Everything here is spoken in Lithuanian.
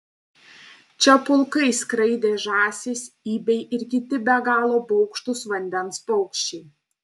čia pulkais skraidė žąsys ibiai ir kiti be galo baugštūs vandens paukščiai